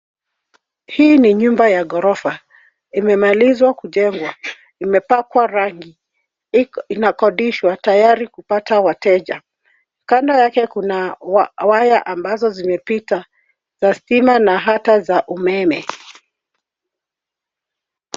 Hii ni nyumba ya ghorofa imemalizwa kujengwa. Imepakwa rangi, inakodishwa. Tayari kupata wateja, kando yake kuna waya ambazo zimepitaza stima na hata umeme.